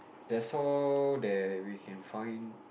that's all that we can find